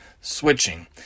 switching